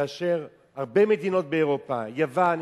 כאשר הרבה מדינות באירופה יוון,